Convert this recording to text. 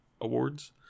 awards